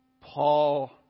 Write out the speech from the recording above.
Paul